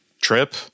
trip